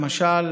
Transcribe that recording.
למשל,